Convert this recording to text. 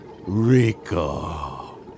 Rico